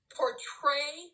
portray